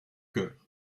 cœur